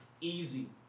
Easy